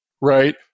right